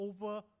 over